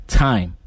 time